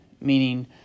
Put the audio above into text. meaning